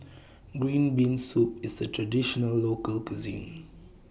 Green Bean Soup IS A Traditional Local Cuisine